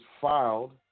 filed